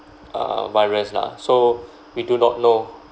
uh virus lah so we do not know